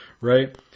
right